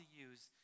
use